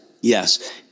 yes